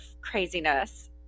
craziness